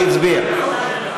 היא הצביעה.